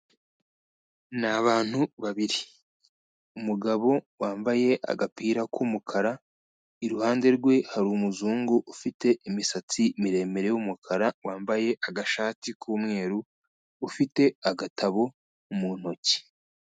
Ni abantu babiri, umugabo wambaye agapira k'umukara, iruhande rwe hari umuzungu ufite imisatsi miremire y'umukara wambaye agashati k'umweru, ufite agatabo mu ntoki.